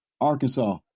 Arkansas